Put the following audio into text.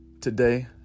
today